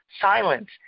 Silence